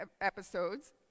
episodes